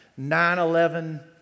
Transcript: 9-11